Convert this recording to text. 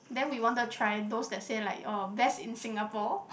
then we wanted try those that say like orh best in Singapore